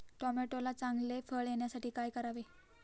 टोमॅटोला चांगले फळ येण्यासाठी काय करावे?